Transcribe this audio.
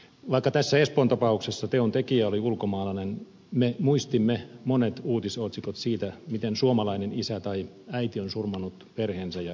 vaikka tässä espoon tapauksessa teon tekijä oli ulkomaalainen me muistimme monet uutisotsikot siitä miten suomalainen isä tai äiti on surmannut perheensä ja itsensä